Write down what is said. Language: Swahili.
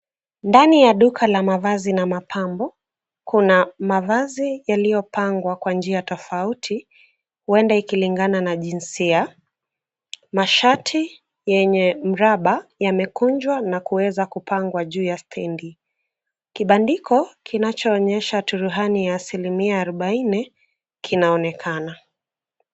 Ndani ya duka la mavazi na mapambo kuna mavazi yaliyopangwa kwa njia tofauti huenda ikilingana na jinsia. Mashati yenye mraba yamekunjwa na kuweza kupangwa juu ya stendi. KIbandiko kinachoonyesha turuhani ya asilimia arubaini kinaonekana.